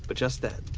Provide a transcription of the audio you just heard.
but just then,